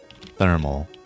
Thermal